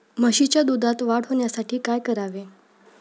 म्हशीच्या दुधात वाढ होण्यासाठी काय करावे?